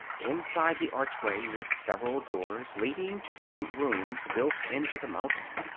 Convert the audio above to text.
inside the archway were several doors, leading to different rooms built into the mountain,